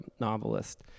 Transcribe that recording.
novelist